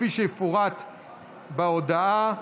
כפי שיפורט בהודעה.